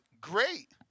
great